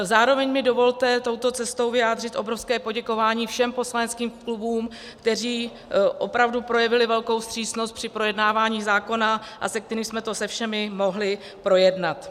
Zároveň mi dovolte touto cestou vyjádřit obrovské poděkování všem poslaneckým klubům, které opravdu projevily velkou vstřícnost při projednávání zákona, a tak jsme to se všemi mohli projednat.